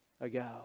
ago